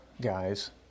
guys